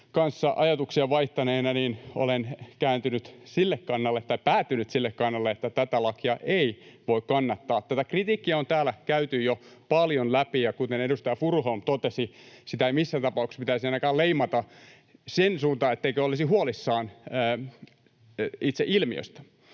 ajatuksia vaihtaneena olen päätynyt sille kannalle, että tätä lakia ei voi kannattaa. Tätä kritiikkiä on täällä käyty jo paljon läpi, ja kuten edustaja Furuholm totesi, siitä ei missään tapauksessa pitäisi ainakaan leimata siihen suuntaan, ettei olisi huolissaan itse ilmiöstä.